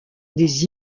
des